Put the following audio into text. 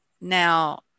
now